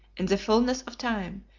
in the fulness of time,